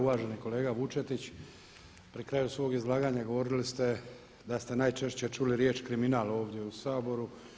Uvaženi kolega Vučetić, pri kraju svog izlaganja govorili ste da ste najčešće čuli riječ kriminal ovdje u Saboru.